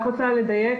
לדייק.